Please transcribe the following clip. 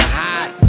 hot